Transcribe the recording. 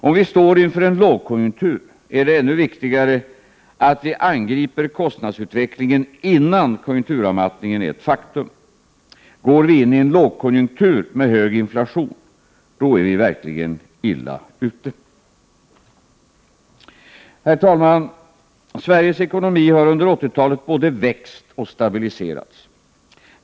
Om vi står inför en lågkonjunktur är det ännu viktigare att vi angriper kostnadsutvecklingen, innan konjunkturavmattningen är ett faktum. Går vi in i en lågkonjunktur med hög inflation, är vi verkligen illa ute. Herr talman! Sveriges ekonomi har under 80-talet både växt och stabiliserats.